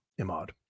Imad